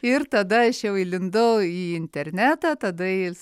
ir tada aš jau įlindau į internetą tada ir